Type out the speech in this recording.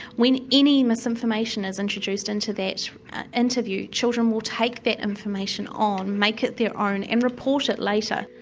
when any misinformation is introduced into that interview children will take that information on, make it their own and report it later.